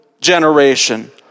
generation